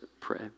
pray